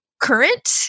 Current